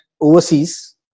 overseas